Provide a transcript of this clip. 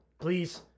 Please